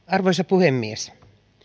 arvoisa puhemies